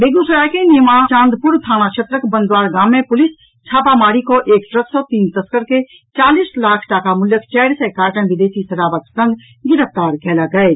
बेगूसराय के नीमाचांदपुर थाना क्षेत्रक बनद्वार गाम मे पुलिस छापामारी कऽ एक ट्रक सँ तीन तस्कर के चालीस लाख टाका मूल्यक चारि सय कार्टन विदेशी शराबक संग गिरफ्तार कयलक अछि